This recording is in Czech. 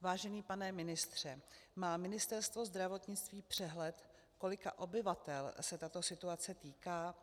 Vážený pane ministře, má Ministerstvo zdravotnictví přehled, kolika obyvatel se tato situace týká?